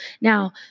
Now